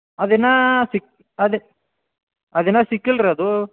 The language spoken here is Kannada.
ಅದಿನ್ನೂ ಸಿಕ್ಕಿ ಅದೇ ಅದಿನ್ನೂ ಸಿಕ್ಕಿಲ್ಲ ರೀ ಅದು